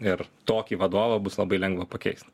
ir tokį vadovą bus labai lengva pakeist